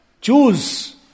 choose